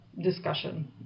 discussion